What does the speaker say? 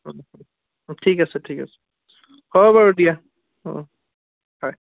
ঠিক আছে ঠিক আছে হ'ব বাৰু দিয়া হয়